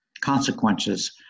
consequences